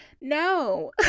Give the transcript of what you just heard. No